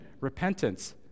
repentance